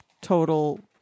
total